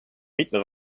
mitmed